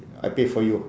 I pay for you